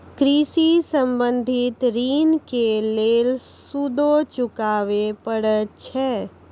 कृषि संबंधी ॠण के लेल सूदो चुकावे पड़त छै?